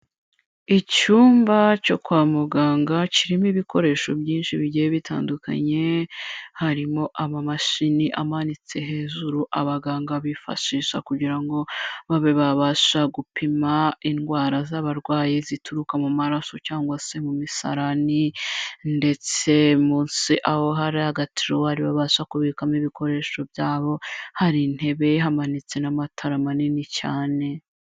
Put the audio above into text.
Icyumba cyo kwa muganga kirimo ibikoresho byinshi bigiye bitandukanye, harimo amamashini amanitse hejuru abaganga bifashisha kugira ngo babe babasha gupima indwara z'abarwayi zituruka mu maraso cyangwa se mu misarani ndetse munsi aho hari agatiruwari babasha kubikamo ibikoresho byabo, hari intebe, hamanitse n'amatara manini cyane.